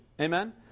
Amen